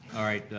alright,